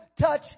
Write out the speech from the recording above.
touch